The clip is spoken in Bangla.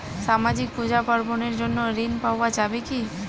সামাজিক পূজা পার্বণ এর জন্য ঋণ পাওয়া যাবে কি?